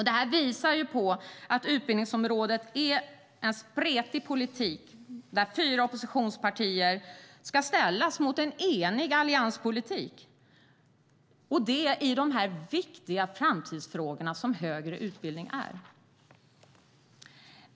Detta visar att det på utbildningsområdet finns en spretig politik från fyra oppositionspartier som ska ställas mot en enig allianspolitik i de viktiga framtidsfrågorna som högre utbildning är.